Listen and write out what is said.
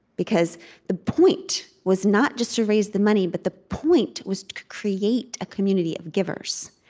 because the point was not just to raise the money, but the point was to create a community of givers.